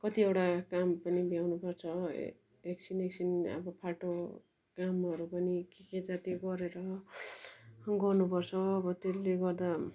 कतिवटा काम पनि भ्याउनुपर्छ एकछिन एकछिन अब फाल्टो कामहरू पनि के के जाति गरेर गर्नुपर्छ अब त्यसले गर्दा